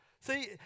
See